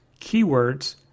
keywords